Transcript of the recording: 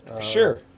Sure